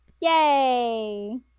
Yay